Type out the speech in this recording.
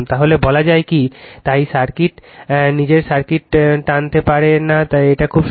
তাহলে বলা যায় কি তাই সার্কিট নিজের সার্কিট টানতে পারে না এটা খুব সহজ জিনিস